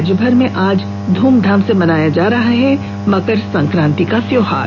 राज्यभर में आज धूमधाम से मनाया जा रहा है मकर संकांति का त्योहार